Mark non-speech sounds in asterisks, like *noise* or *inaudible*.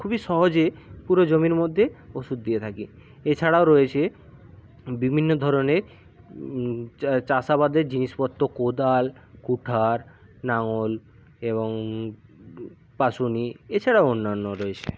খুবই সহজে পুরো জমির মধ্যে ওষুধ দিয়ে থাকি এছাড়াও রয়েছে বিভিন্ন ধরণের চাষ আবাদের জিনিসপত্র কোদাল কুঠার লাঙল এবং *unintelligible* এছাড়াও অন্যান্য রয়েছে